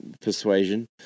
persuasion